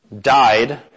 died